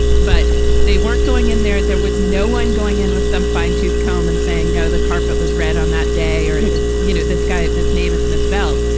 but they weren't going in there. there was no one going in with some fine tooth comb and saying, no, the carpet was read on that day or in this, you know, this guy at this name is misspelled.